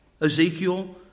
Ezekiel